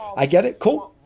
i get it. cool.